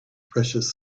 precious